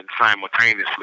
simultaneously